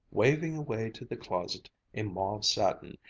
waving away to the closet a mauve satin,